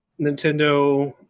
Nintendo